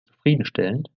zufriedenstellend